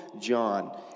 John